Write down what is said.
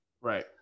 right